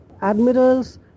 admirals